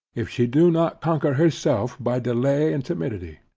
if she do not conquer herself by delay and timidity.